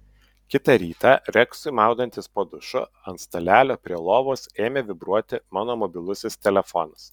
kitą rytą reksui maudantis po dušu ant stalelio prie lovos ėmė vibruoti mano mobilusis telefonas